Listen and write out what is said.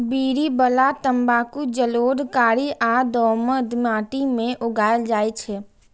बीड़ी बला तंबाकू जलोढ़, कारी आ दोमट माटि मे उगायल जाइ छै